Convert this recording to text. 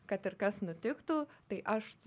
kad ir kas nutiktų tai aš